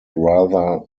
rather